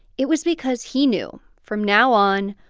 it was because he knew from now on,